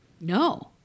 No